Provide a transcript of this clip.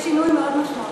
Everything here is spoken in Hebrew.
יש שינוי מאוד משמעותי.